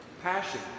passion